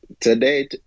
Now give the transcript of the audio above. Today